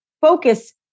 focus